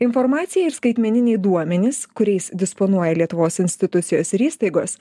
informacija ir skaitmeniniai duomenys kuriais disponuoja lietuvos institucijos ir įstaigos